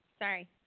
Sorry